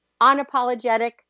unapologetic